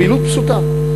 פעילות פשוטה.